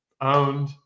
owned